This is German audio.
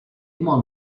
immer